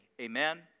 Amen